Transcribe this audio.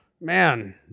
Man